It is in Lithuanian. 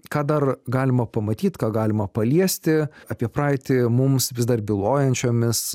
ką dar galima pamatyt ką galima paliesti apie praeitį mums vis dar bylojančiomis